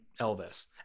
Elvis